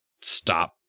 stop